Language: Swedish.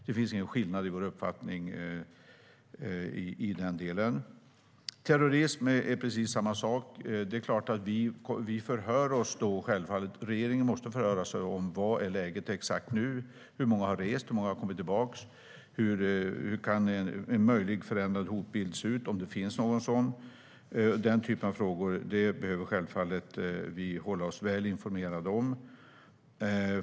Det finns ingen skillnad i vår uppfattning i den delen. När det gäller terrorism är det precis samma sak. Det är klart att vi förhör oss om läget. Regeringen måste förhöra sig: Hur är läget exakt nu? Hur många har rest? Hur många har kommit tillbaka? Hur kan en möjlig förändrad hotbild se ut, om det finns någon sådan? Den typen av frågor behöver vi självfallet hålla oss väl informerade om.